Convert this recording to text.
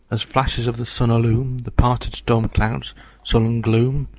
as flashes of the sun illume the parted storm-cloud's sullen gloom,